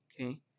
okay